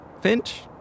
Finch